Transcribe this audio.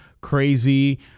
crazy